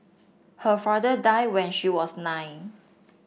her father die when she was nine